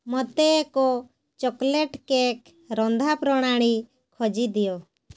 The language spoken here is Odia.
ମୋତେ ଏକ ଚକୋଲେଟ୍ କେକ୍ ରନ୍ଧା ପ୍ରଣାଳୀ ଖୋଜି ଦିଅ